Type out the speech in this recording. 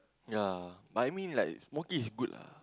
ya but I mean like smoking is good lah